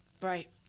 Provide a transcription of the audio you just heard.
Right